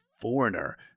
foreigner